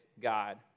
God